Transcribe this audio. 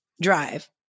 drive